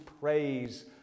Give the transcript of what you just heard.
praise